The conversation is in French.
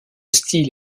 style